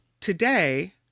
today